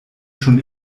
schon